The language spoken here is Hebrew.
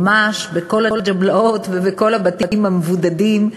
ממש, בכל הג'בלאות ובכל הבתים המבודדים,